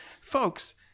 Folks